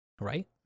right